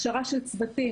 הכשרה של צוותים,